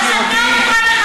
אז אתה מוכן לחכות,